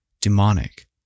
demonic